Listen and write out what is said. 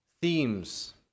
Themes